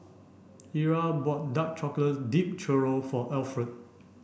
Ira bought dark chocolate Dipped Churro for Alferd